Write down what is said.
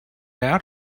out